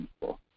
people